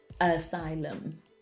asylum